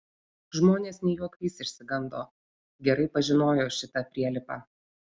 žmonės ne juokais išsigando gerai pažinojo šitą prielipą